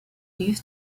used